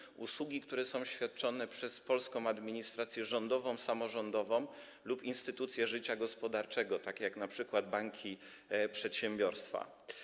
Chodzi o usługi, które są świadczone przez polską administrację rządową, samorządową lub instytucje życia gospodarczego, takie jak np. banki i przedsiębiorstwa.